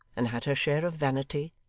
and had her share of vanity,